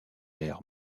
l’air